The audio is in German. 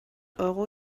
euro